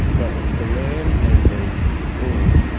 but the ram and the bull